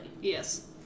Yes